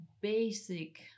basic